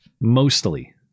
Mostly